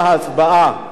אמנון כהן, אמרתי.